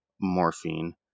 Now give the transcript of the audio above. morphine